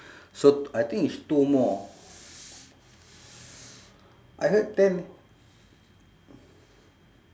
so I think it's two more I heard ten